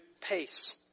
pace